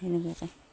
সেনেকৈ